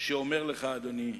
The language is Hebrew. שאני אומר לך, אדוני,